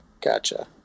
Gotcha